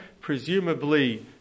Presumably